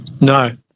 No